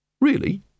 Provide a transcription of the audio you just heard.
Really